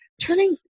turning